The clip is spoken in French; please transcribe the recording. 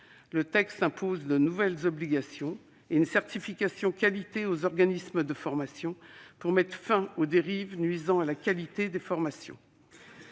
Le texte vise à imposer de nouvelles obligations et une certification de qualité aux organismes concernés, pour mettre fin aux dérives nuisant à la qualité des formations.